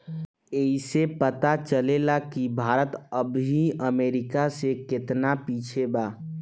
ऐइसे पता चलेला कि भारत अबही अमेरीका से केतना पिछे बा